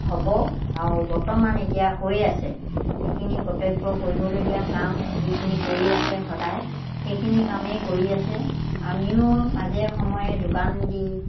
হ'ব আৰু বৰ্তমান এতিয়া হৈ আছে এইখিনি কৰ্তব্য কৰিবলগীয়া কাম যিখিনি কৰি আছে সদায় সেইখিনি কামেই কৰি আছে আমিও মাজে সময়ে দোকান দি